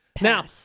Now